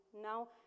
now